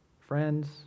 friends